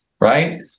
right